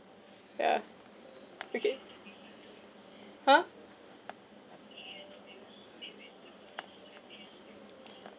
ya okay !huh!